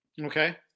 Okay